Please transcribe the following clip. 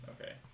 Okay